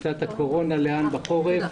קצת על קורונה לאן בחורף.